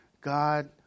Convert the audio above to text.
God